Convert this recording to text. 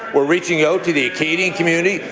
we're reaching out to the acadian community,